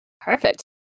Perfect